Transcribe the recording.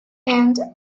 and